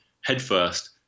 headfirst